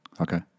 Okay